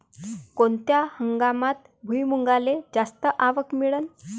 कोनत्या हंगामात भुईमुंगाले जास्त आवक मिळन?